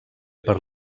per